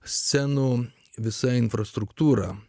senom visa infrastruktūra